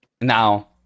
now